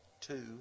two